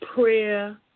prayer